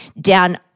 down